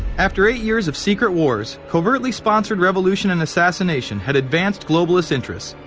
after eight years of secret wars, covertly sponsored revolution and assassination. had advanced globalists' interests.